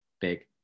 Big